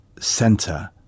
center